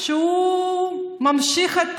והוא ממשיך את